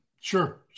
Sure